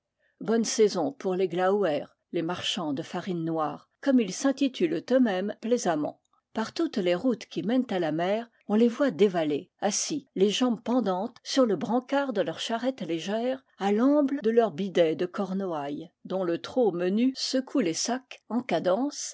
bonne saison pour les glaouer les marchands de farine noire comme ils s'in titulent eux-mêmes plaisamment par toutes les routes qui mènent à la mer on les voit dévaler assis les jambes pendantes sur le brancard de leurs charrettes légères à l'amble de leurs bidets de cornouailles dont le trot menu secoue les sacs en cadence